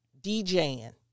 DJing